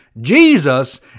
Jesus